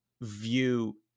view